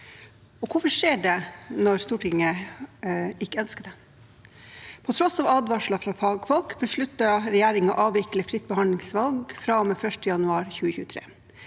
Hvorfor skjer det når Stortinget ikke ønsker det? På tross av advarsler fra fagfolk besluttet regjeringen å avvikle fritt behandlingsvalg fra og med 1. januar 2023.